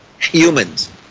humans